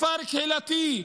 בכפר קהילתי,